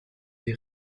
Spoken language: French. des